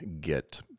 get